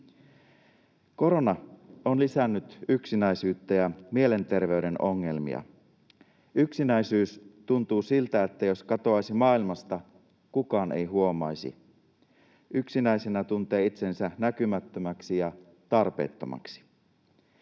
Korona on lisännyt yksinäisyyttä ja mielenterveyden ongelmia. Yksinäisyys tuntuu siltä, että jos katoaisi maailmasta, kukaan ei huomaisi. Yksinäisenä tuntee itsensä näkymättömäksi ja tarpeettomaksi.